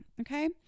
Okay